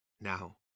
Now